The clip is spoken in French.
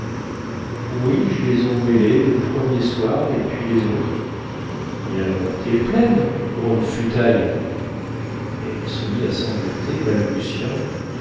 oui je les ons mêlés l'premier soir et puis l'sautres mais alors t'es pleine grande futaille elle se mit à sangloter balbutiant